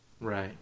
right